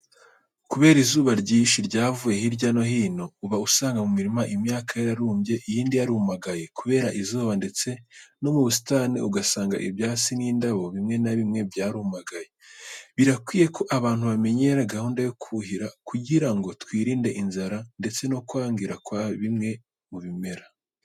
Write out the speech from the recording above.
Kubera izuba ryinshi ryavuye hirya no hino, uba usanga mu mirima imyaka yararumbye iyindi yarumagaye kubera izuba ndetse no mu busitani ugasanga ibyatsi n'indabo bimwe na bimwe byarumagaye. Birakwiye ko abantu bamenyera gahunda yo kuhira kugira ngo twirinde inzara ndetse no kwangira kwa bimwe mu bimera.